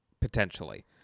Potentially